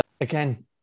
again